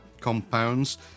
compounds